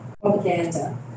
propaganda